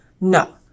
No